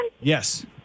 Yes